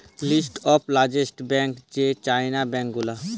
list of largest bank যেমন চাইনার bank গুলা